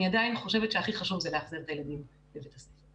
אני עדיין חושבת שהכי חשוב זה להחזיר את הילדים לבית הספר.